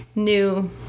new